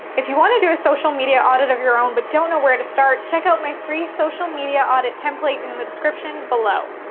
if you want to do a social media audit of your own but don't know where to start, check out my free social media audit template in the description below.